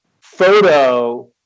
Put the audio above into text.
photo